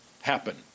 happen